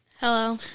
Hello